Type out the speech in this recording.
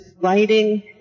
writing